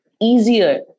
easier